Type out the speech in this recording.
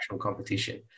competition